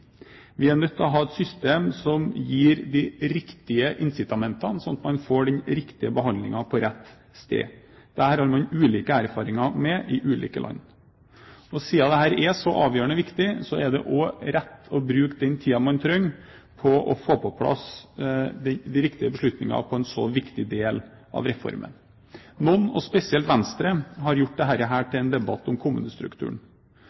Vi er nødt til å ha et system som gir de riktige incitamentene, slik at man får den riktige behandlingen på riktig sted. Dette har man ulike erfaringer med i ulike land. Og siden dette er så avgjørende viktig, er det også riktig å bruke den tiden man trenger for å få på plass de riktige beslutningene på en så viktig del av reformen. Noen, og spesielt Venstre, har gjort dette til en debatt om kommunestrukturen. Det